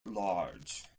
large